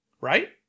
right